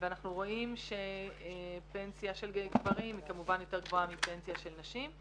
ואנחנו רואים שפנסיה של גברים היא כמובן יותר גבוהה מפנסיה של נשים.